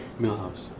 Millhouse